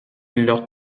leur